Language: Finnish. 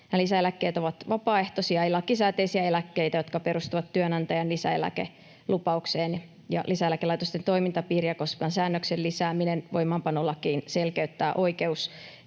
Lisäeläkkeet ovat vapaaehtoisia ja lakisääteisiä eläkkeitä, jotka perustuvat työnantajan lisäeläkelupaukseen, ja lisäeläkelaitosten toimintapiiriä koskevan säännöksen lisääminen voimaanpanolakiin selkeyttää oikeustilaa.